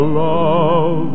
love